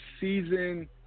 season